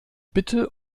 bitte